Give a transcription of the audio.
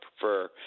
prefer